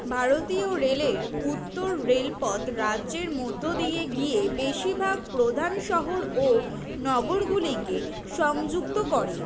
ভারতীয় রেলের উত্তর রেলপথ রাজ্যের মধ্য দিয়ে গিয়ে বেশিভাগ প্রধান শহর ও নগরগুলিকে সংযুক্ত করে